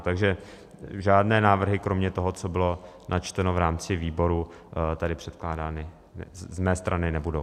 Takže žádné návrhy kromě toho, co bylo načteno v rámci výborů, tady předkládány z mé strany nebudou.